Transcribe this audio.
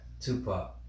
Tupac